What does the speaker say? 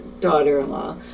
daughter-in-law